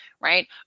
right